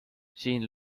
siin